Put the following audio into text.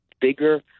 bigger